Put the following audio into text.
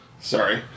Sorry